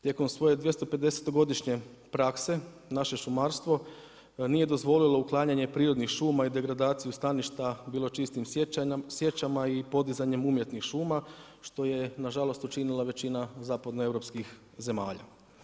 Tijekom svoje 250 godišnje prakse naše šumarstvo nije dozvolilo uklanjanje prirodnih šuma i degradaciju staništa bilo čistim sječama i podizanjem umjetnih šuma što je na žalost učinila većina zapadno europskih zemalja.